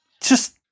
Just-